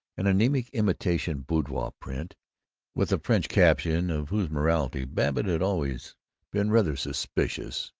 an anemic imitation boudoir-print with a french caption of whose morality babbitt had always been rather suspicious,